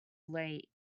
late